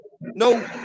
No